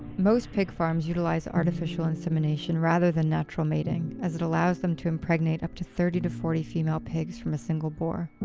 most pig farms utilise artificial insemination rather than natural mating, as it allows them to impregnate up to thirty forty female pigs from a single boar.